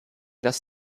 das